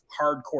hardcore